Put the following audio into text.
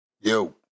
Yo